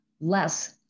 less